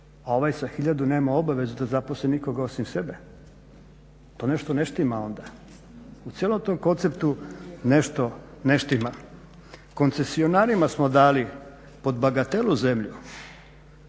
A ovaj za hiljadu nema obvezu da zaposli nikoga osim sebe. To nešto ne štima onda. U cijelom tom konceptu nešto ne štima. Koncesionarima smo dali pod bagatelu zemlju.